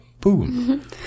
Boom